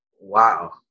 wow